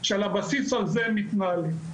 שעל הבסיס הזה מתנהלים.